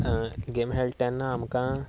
game खेळटा तेन्ना आमकां